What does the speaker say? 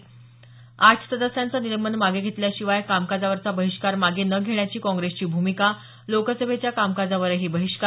स आठ सदस्यांचं निलंबन मागे घेतल्याशिवाय कामकाजावरचा बहिष्कार मागे न घेण्याची काँग्रेसची भूमिका लोकसभेच्या कामकाजावरही बहिष्कार